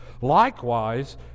Likewise